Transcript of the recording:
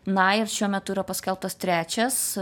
na ir šiuo metu yra paskelbtas trečias